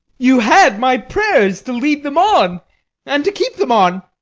you had my prayers to lead them on and to keep them on,